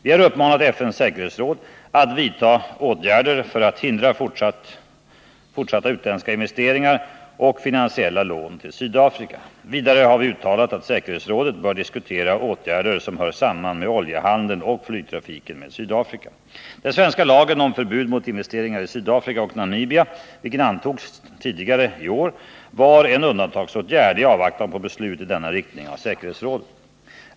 Vi har uppmanat FN:s säkerhetsråd att vidta afrika, m.m. åtgärder för att hindra fortsatta utländska investeringar och finansiella lån till Sydafrika. Vidare har vi uttalat att säkerhetsrådet bör diskutera åtgärder som hör samman med oljehandeln och flygtrafiken med Sydafrika. Den svenska lagen om förbud mot investeringar i Sydafrika och Namibia, vilken antogs tidigare i år, var en undantagsåtgärd i avvaktan på beslut i denna riktning av säkerhetsrådet.